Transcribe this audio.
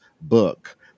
book